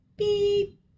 Beep